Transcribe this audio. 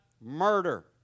murder